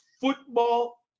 football